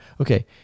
okay